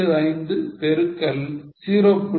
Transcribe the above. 75 பெருக்கல் 0